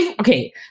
Okay